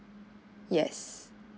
yes